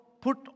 put